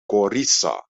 gorica